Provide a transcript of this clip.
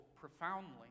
profoundly